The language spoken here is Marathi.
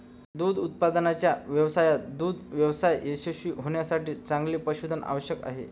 दूध उत्पादनाच्या व्यवसायात दुग्ध व्यवसाय यशस्वी होण्यासाठी चांगले पशुधन आवश्यक आहे